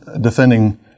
defending